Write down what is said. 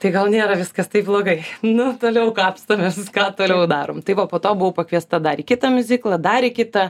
tai gal nėra viskas taip blogai nu toliau kapstomės ką toliau darom tai va po to buvau pakviesta dar į kitą miuziklą dar į kitą